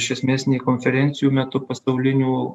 iš esmės nei konferencijų metu pasaulinių